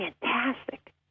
fantastic